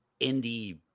indie